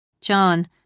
John